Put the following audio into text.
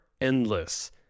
endless